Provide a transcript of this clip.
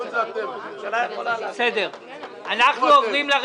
הצבעה בעד 6 נגד 8 הרביזיות לא נתקבלו.